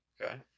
Okay